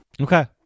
Okay